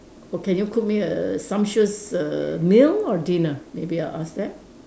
or can you cook me a scrumptious err meal or dinner maybe I'll accept